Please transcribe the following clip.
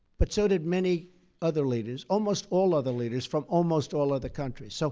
but so did many other leaders almost all other leaders from almost all other countries. so